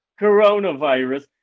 coronavirus